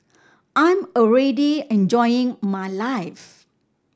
I'm already enjoying my life